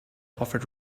offered